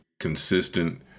consistent